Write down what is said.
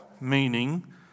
meaning